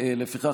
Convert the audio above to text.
לפיכך,